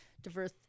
diverse